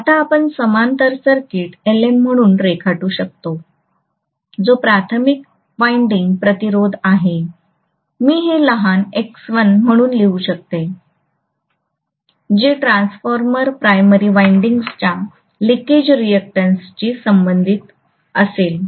आता आपण समांतर सर्किट Lm म्हणून रेखाटू शकतो जो प्राथमिक वाइंडिंग प्रतिरोध आहे मी हे लहान X1 म्हणून लिहू जे ट्रान्सफॉर्मर प्राइमरी विंडिंगच्या लिकेज रिऍक्टन्स शी संबंधित असेल